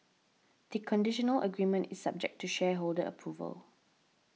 the conditional agreement is subject to shareholder approval